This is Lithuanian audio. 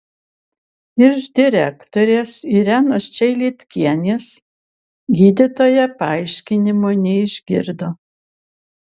iš direktorės irenos čeilitkienės gydytoja paaiškinimo neišgirdo